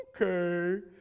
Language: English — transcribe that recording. Okay